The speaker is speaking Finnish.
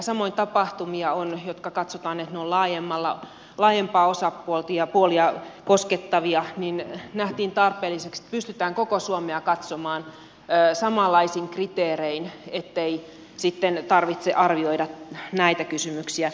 samoin on tapahtumia joista katsotaan että ne ovat laajemmin osapuolia koskettavia niin että nähtiin tarpeelliseksi että pystytään koko suomea katsomaan samanlaisin kriteerein ettei sitten tarvitse arvioida näitä kysymyksiä